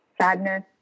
sadness